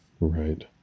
Right